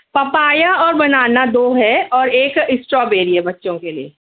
papaya اور banana دو ہے اور ایک اسٹرو بیری ہے بچوں کے لیے